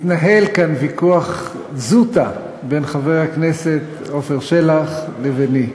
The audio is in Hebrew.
התנהל כאן ויכוח זוטא בין חבר הכנסת עפר שלח לביני.